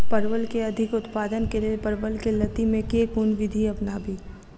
परवल केँ अधिक उत्पादन केँ लेल परवल केँ लती मे केँ कुन विधि अपनाबी?